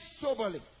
soberly